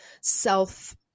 self